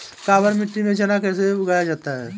काबर मिट्टी में चना कैसे उगाया जाता है?